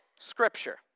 Scripture